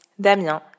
Damien